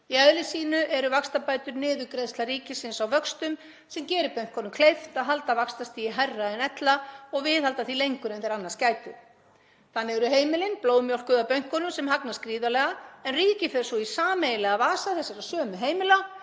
Í eðli sínu eru vaxtabætur niðurgreiðsla ríkisins á vöxtum sem gerir bönkunum kleift að halda vaxtastigi hærra en ella og viðhalda þeim lengur en þeir annars gætu. Þannig eru heimilin blóðmjólkuð af bönkunum sem hagnast gríðarlega en ríkið fer svo í sameiginlega vasa þessara sömu heimila